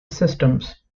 systems